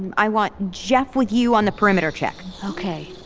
and i want geoff with you on the perimeter check okay.